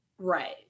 Right